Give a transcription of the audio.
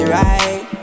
right